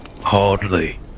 hardly